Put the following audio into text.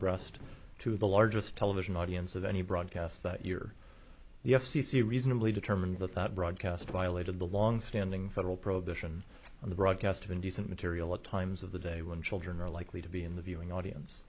breast to the largest television audience of any broadcast that year the f c c reasonably determined that that broadcast violated the longstanding federal probation on the broadcast of indecent material at times of the day when children are likely to be in the viewing audience